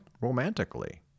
romantically